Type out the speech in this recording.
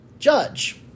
Judge